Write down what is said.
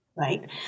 Right